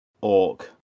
Orc